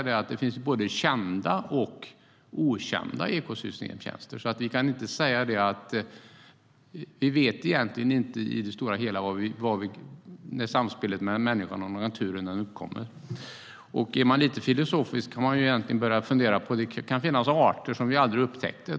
Det finns både kända och okända ekosystemtjänster, så i det stora hela vet vi egentligen inte hur samspelet mellan människan och naturen har uppkommit. Om jag ska vara lite filosofisk kan det finnas arter som vi aldrig upptäcker.